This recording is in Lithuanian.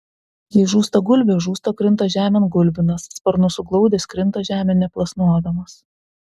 jei žūsta gulbė žūsta krinta žemėn gulbinas sparnus suglaudęs krinta žemėn neplasnodamas